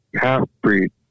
half-breed